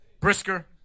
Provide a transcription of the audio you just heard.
Brisker